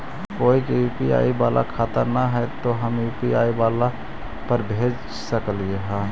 कोय के यु.पी.आई बाला खाता न है तो हम यु.पी.आई पर भेज सक ही?